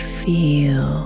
feel